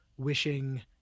wishing